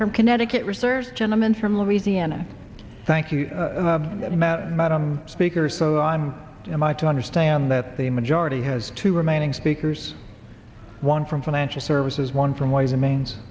from connecticut reserves gentleman from louisiana thank you madam speaker so i'm am i to understand that the majority has two remaining speakers one from financial services one from ways and means